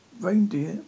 reindeer